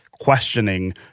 questioning